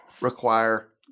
require